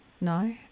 No